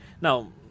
Now